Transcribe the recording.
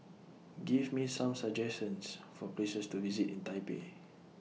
Give Me Some suggestions For Places to visit in Taipei